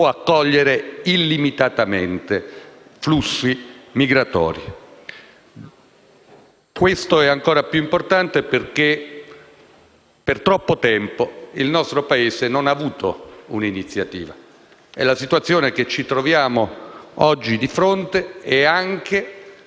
accogliere illimitatamente flussi migratori. Ciò è ancora più importante perché per troppo tempo il nostro Paese non ha avuto un'iniziativa e la situazione che ci troviamo oggi di fronte è anche